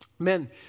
Amen